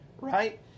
right